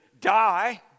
die